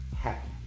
happy